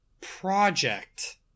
Project